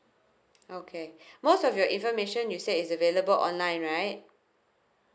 okay most of your information you said is available online right